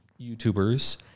YouTubers